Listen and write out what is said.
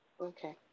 Okay